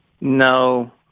No